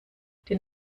den